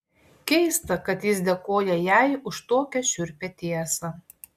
keista kad jis dėkoja jai už tokią šiurpią tiesą